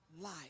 life